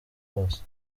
rwose